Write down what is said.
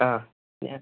ആ ഞാൻ